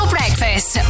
Breakfast